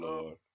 Lord